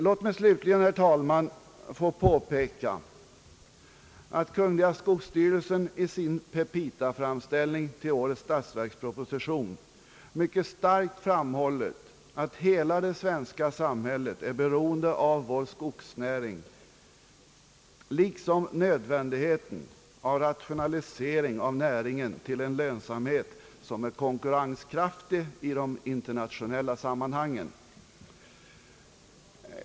Låt mig slutligen, herr talman, få påpeka att kungl. skogsstyrelsen i sin petitaframställning till årets statsverksproposition mycket starkt har framhållit att hela det svenska samhället är beroende av vår skogsnäring, varjämte skogsstyrelsen understrukit nödvändigheten av rationalisering av näringen till en lönsamhet som är konkurrenskraftig i de internationella sammanhangen.